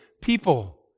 people